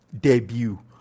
Debut